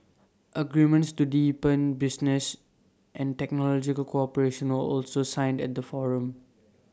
agreements to deepen business and technological cooperation were also signed at the forum